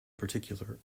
particular